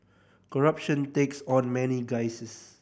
corruption takes on many guises